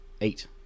eight